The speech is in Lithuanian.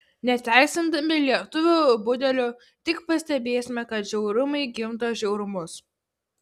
neteisindami lietuvių budelių tik pastebėsime kad žiaurumai gimdo žiaurumus